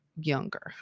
younger